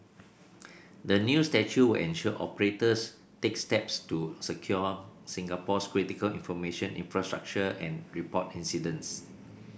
the new statute ensure operators take steps to secure Singapore's critical information infrastructure and report incidents